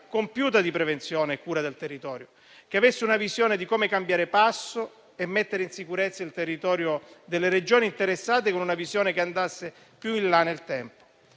compiuta di prevenzione e cura del territorio che avesse una visione di come cambiare passo e mettere in sicurezza il territorio delle Regioni interessate, con una visione che andasse più in là nel tempo.